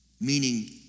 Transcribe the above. Meaning